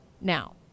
now